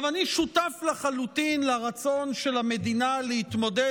אני שותף לחלוטין לרצון של המדינה להתמודד